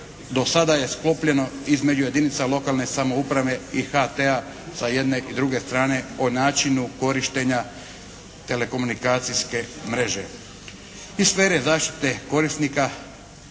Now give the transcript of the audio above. do sada sklopljeno između jedinica lokalne samouprave i HT-a sa jedne i druge strane o načinu korištenja telekomunikacijske mreže. Iz sfere zaštite korisnika